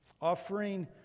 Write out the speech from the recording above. offering